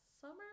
summer